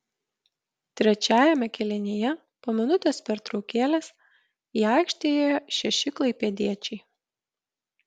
trečiajame kėlinyje po minutės pertraukėlės į aikštę įėjo šeši klaipėdiečiai